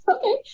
Okay